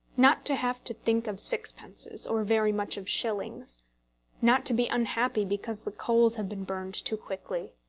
not to have to think of sixpences, or very much of shillings not to be unhappy because the coals have been burned too quickly,